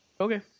Okay